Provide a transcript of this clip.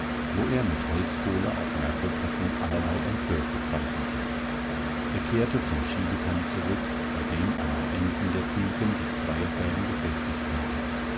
wo er mit holzkohle auf mergelplatten allerlei entwürfe zeichnete er kehrte zum schiebekamm zurück bei dem an den enden der zinken die zweierfäden befestigt waren